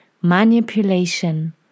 manipulation